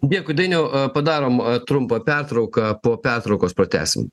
dėkui dainiau padarom trumpą pertrauką po pertraukos pratęsim